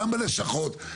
גם בלשכות,